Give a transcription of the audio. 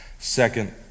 Second